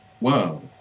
Wow